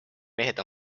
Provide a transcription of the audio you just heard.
mehed